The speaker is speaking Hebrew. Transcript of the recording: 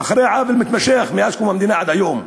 אחרי עוול מתמשך מאז קום המדינה עד היום.